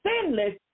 sinless